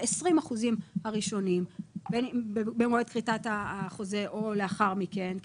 ש-20% הראשונים במועד כריתת החוזה או לאחר מכן,